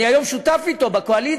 אני היום שותף אתו בקואליציה,